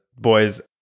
boys